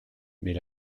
mais